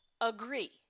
agree